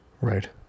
Right